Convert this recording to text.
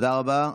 תודה רבה.